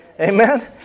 Amen